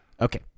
okay